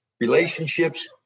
relationships